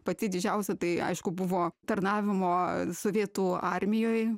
pati didžiausia tai aišku buvo tarnavimo sovietų armijoj